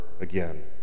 again